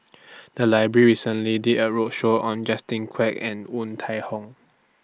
The Library recently did A roadshow on Justin Quek and Woon Tai Ho